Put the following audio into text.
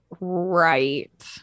right